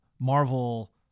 Marvel